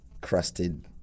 crusted